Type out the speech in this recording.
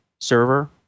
server